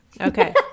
Okay